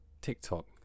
TikTok